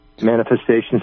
manifestations